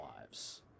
lives